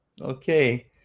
Okay